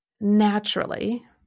naturally